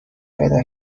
پیدا